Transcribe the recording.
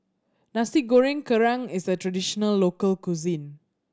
Nasi Goreng Kerang is a traditional local cuisine